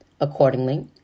Accordingly